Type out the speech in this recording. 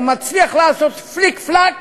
הוא מצליח לעשות פליק-פלאק